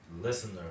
listener